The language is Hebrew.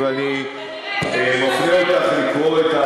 ואני מפנה אותך לקרוא,